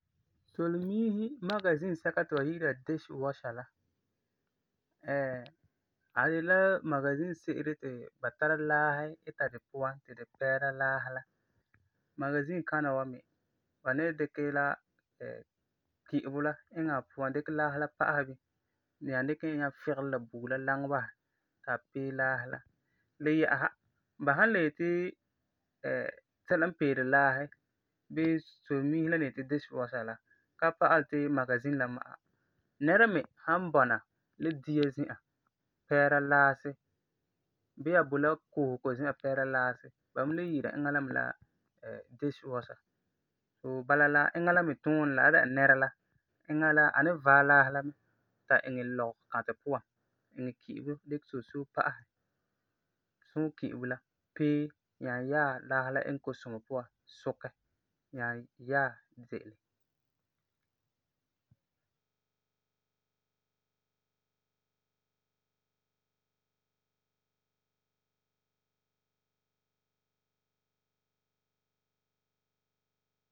Solemiisi magazin sɛka ti ba yi'ira dishwasher la a de la magazin se'ere ti ba tara laasi ita di puan ti di pɛɛra laasi la. Magazin kana wa me, ba ni dikɛ la ki'ibo la iŋɛ a puan, dikɛ laasi la pa'asɛ bini nyaa dikɛ e nyaa figelɛ la bugum la laŋɛ basɛ ti a pee laasi la. Le yɛ'ɛsa, ba san le yeti sɛla n peeri laasi, bii solemiisi la ni yeti dishwasher la ka pa'alɛ ti magazin la ma'a. Nɛra me san bɔna la dia zi'an pɛɛra laasi bii a boi la koosego zi'an pɛɛra laasi, ba me le yi'ira eŋa me la dishwasher, so bala la eŋa la me tuunɛ la san dɛna nɛra la, eŋa la a ni vaɛ laasi la mɛ ta iŋɛ lɔgɛ-katɛ puan, iŋɛ ki'ibo dikɛ soosoo pa'asɛ, suɛ ki'ibo la pee, nyaa yaɛ laasi iŋɛ kosumɔ puan sukɛ, nyaa yaɛ ze'ele.